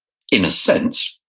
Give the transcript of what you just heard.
in a sense,